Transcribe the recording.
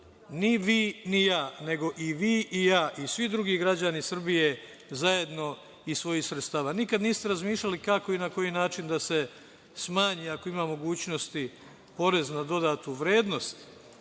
ćemo plaćati i vi i ja i svi drugi građani Srbije zajedno iz svojih sredstava. Nikad niste razmišljali kako i na koji način da se smanji, ako ima mogućnosti, porez na dodatu vrednost